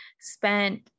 spent